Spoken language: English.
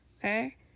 Okay